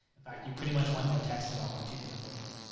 in fact, you pretty much want no texts at all, if you can avoid it.